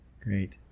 great